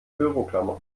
büroklammer